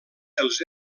els